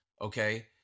okay